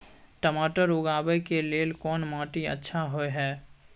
टमाटर उगाबै के लेल कोन माटी अच्छा होय है?